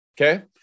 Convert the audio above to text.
Okay